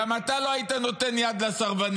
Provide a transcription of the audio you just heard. גם אתה לא היית נותן יד לסרבנים.